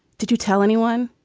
did you tell anyone?